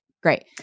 Great